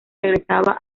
regresaba